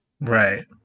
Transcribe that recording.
Right